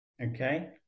okay